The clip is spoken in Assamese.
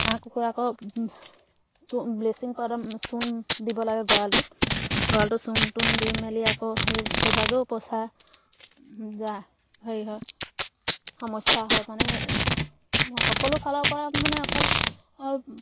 হাঁহ কুকুৰা আকৌ চূ ব্লিচিং পাউডাৰ চূণ দিব লাগে গঁৰালটোত গঁৰালটোত চূণ তুণ দি মেলি আকৌ সেই সেইভাগেও পইচা যায় হেৰি হয় সমস্যা হয় মানে সকলো ফালৰ পৰা মানে অকল আৰু